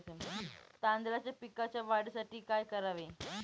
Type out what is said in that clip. तांदळाच्या पिकाच्या वाढीसाठी काय करावे?